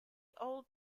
old